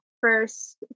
first